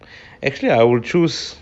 actually I will choose